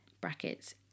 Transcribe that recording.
brackets